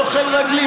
לא חיל רגלים?